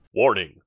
Warning